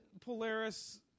Polaris